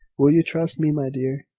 will you trust me, my dear?